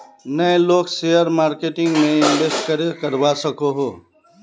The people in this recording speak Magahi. नय लोग शेयर मार्केटिंग में इंवेस्ट करे करवा सकोहो?